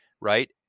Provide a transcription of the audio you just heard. right